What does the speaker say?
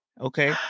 Okay